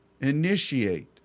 initiate